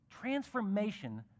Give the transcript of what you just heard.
transformation